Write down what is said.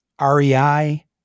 REI